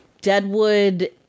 Deadwood